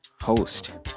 host